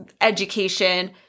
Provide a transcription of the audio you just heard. education